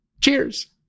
Cheers